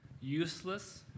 useless